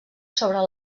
sobre